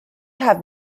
have